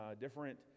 different